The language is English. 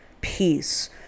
peace